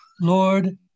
Lord